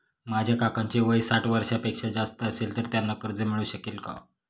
माझ्या काकांचे वय साठ वर्षांपेक्षा जास्त असेल तर त्यांना कर्ज मिळू शकेल का?